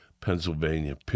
Pennsylvania